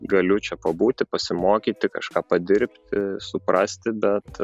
galiu čia pabūti pasimokyti kažką padirbti suprasti bet